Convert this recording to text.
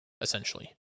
essentially